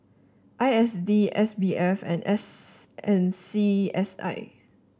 I S D S B F and S and C S I